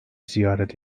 ziyaret